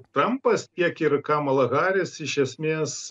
trampas tiek ir kamala haris iš esmės